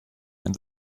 and